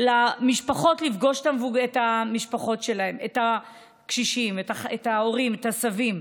למשפחות לפגוש את הקשישים, את ההורים, את הסבים,